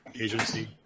agency